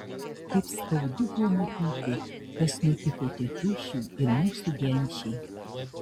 kaip skaudu buvo matyti kas nutiko tėtušiui ir mūsų genčiai